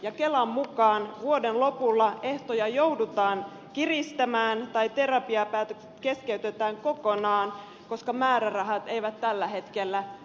kelan mukaan vuoden lopulla ehtoja joudutaan kiristämään tai terapiapäätökset keskeytetään kokonaan koska määrärahat eivät tällä hetkellä riitä